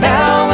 Now